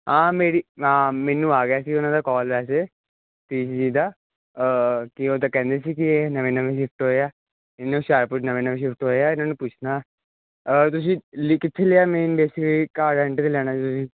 ਹਾਂ ਮੇਰੀ ਹਾਂ ਮੈਨੂੰ ਆ ਗਿਆ ਸੀ ਉਹਨਾਂ ਦਾ ਕਾਲ ਵੈਸੇ ਦੀਦੀ ਜੀ ਦਾ ਕਿ ਉਹ ਤਾਂ ਕਹਿੰਦੇ ਸੀ ਕਿ ਇਹ ਨਵੇਂ ਨਵੇਂ ਸਿਫਟ ਹੋਏ ਆ ਇਹ ਨਾ ਹੁਸ਼ਿਆਰਪੁਰ ਨਵੇਂ ਨਵੇਂ ਸ਼ਿਫਟ ਹੋਏ ਆ ਇਹਨਾਂ ਨੂੰ ਪੁੱਛਣਾ ਤੁਸੀਂ ਕਿੱਥੇ ਲਿਆ ਮੇਨ ਬੇਸਿਕਲੀ ਘਰ ਰੈਂਟ 'ਤੇ ਲੈਣਾ ਸੀ ਤੁਸੀਂ